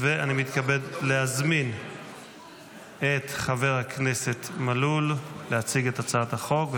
מתכבד להזמין את חבר הכנסת מלול להציג את הצעת החוק.